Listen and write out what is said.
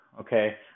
okay